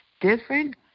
Different